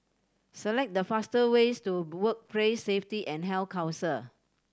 select the fastest ways to Workplace Safety and Health Council